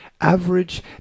Average